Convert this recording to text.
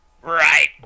Right